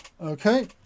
Okay